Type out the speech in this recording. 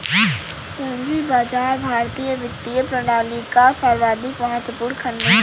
पूंजी बाजार भारतीय वित्तीय प्रणाली का सर्वाधिक महत्वपूर्ण खण्ड है